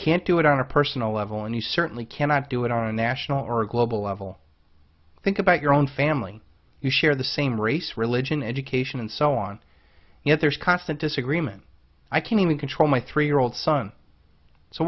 can't do it on a personal level and you certainly cannot do it on a national or global level think about your own family you share the same race religion education and so on yet there's constant disagreement i can even control my three year old son so